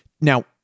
Now